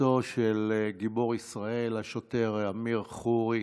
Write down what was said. משפחתו של גיבור ישראל השוטר אמיר ח'ורי,